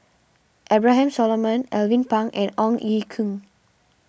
Abraham Solomon Alvin Pang and Ong Ye Kung